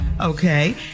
Okay